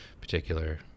particular